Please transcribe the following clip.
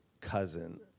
cousin